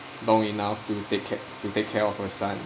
long enough to take ca~ to take care of her son